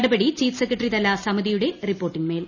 നടപടി chief secretary തല സമിതിയുടെ റിപ്പോർട്ടിൻമേൽ